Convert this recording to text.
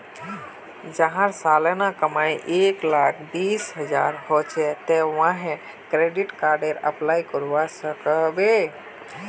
जहार सालाना कमाई एक लाख बीस हजार होचे ते वाहें क्रेडिट कार्डेर अप्लाई करवा सकोहो होबे?